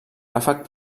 ràfec